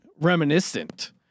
reminiscent